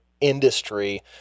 industry